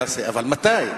אבל מתי?